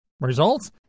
Results